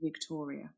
Victoria